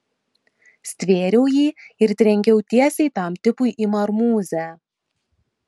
stvėriau jį ir trenkiau tiesiai tam tipui į marmūzę